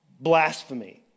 blasphemy